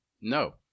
No